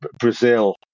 Brazil